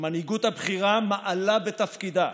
שהמנהיגות הבכירה מעלה בתפקידה.